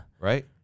Right